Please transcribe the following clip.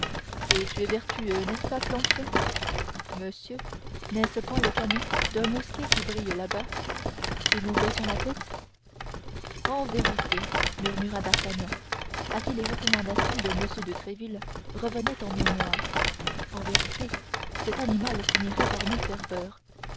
et tu es vertueux n'est-ce pas planchet monsieur n'est-ce point le canon d'un mousquet qui brille làbas si nous baissions la tête en vérité murmura d'artagnan à qui les recommandations de m de tréville revenaient en mémoire en vérité cet animal finirait par me faire peur